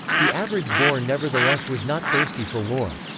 the average boer nevertheless was not thirsty for war.